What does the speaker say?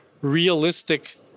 realistic